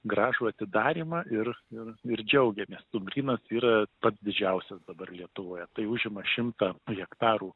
gražų atidarymą ir ir ir džiaugiamės stumbrynas yra pats didžiausias dabar lietuvoje tai užima šimtą hektarų